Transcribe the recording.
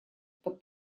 под